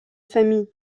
famille